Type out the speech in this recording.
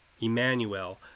Emmanuel